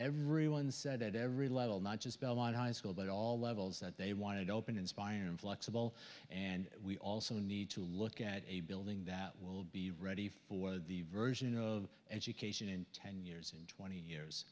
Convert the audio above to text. everyone said at every level not just belmont high school but all levels that they wanted open inspire and flexible and we also need to look at a building that will be ready for the version of education in ten years twenty years